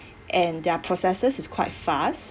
and their processes is quite fast